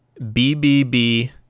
BBB